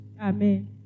Amen